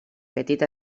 petit